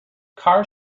car